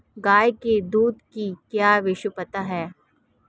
गाय के दूध की क्या विशेषता है?